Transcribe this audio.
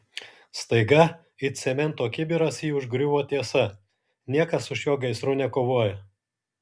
staiga it cemento kibiras jį užgriuvo tiesa niekas su šiuo gaisru nekovoja